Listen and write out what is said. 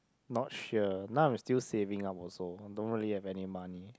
not sure now I'm still saving up also don't really have any money